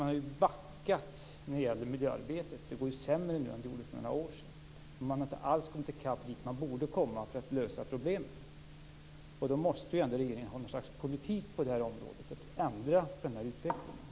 Man har ju backat när det gäller miljöarbetet. Det går ju sämre nu än det gjorde för några år sedan. Vi har inte alls kommit så långt som vi borde ha gjort för att kunna lösa problemen. Då måste ju regeringen ändå ha någon slags politik på området för att ändra den här utvecklingen.